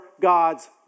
God's